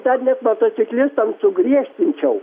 ten motociklistams sugriežtinčiau